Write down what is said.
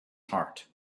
heart